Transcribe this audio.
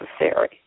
necessary